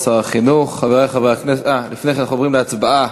כן, אנחנו עוברים להצבעה.